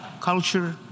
culture